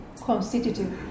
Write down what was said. constitutive